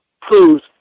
proves